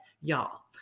y'all